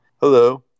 Hello